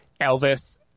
Elvis